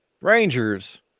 Rangers